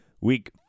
Week